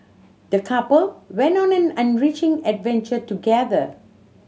the couple went on an an enriching adventure together